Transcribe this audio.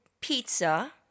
pizza